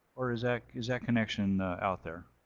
or is ah is that connection out there?